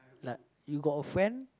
like you got a friend